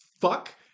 fuck